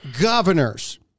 governors